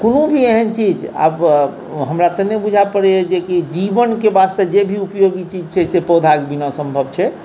कोनो भी एहन चीज आब हमरा तऽ नहि बूझै पड़ैए जेकि जीवनके वास्ते जे भी उपयोगी चीज छै से पौधाके बिना सम्भव छै